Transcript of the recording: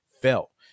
felt